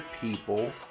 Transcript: people